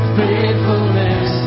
faithfulness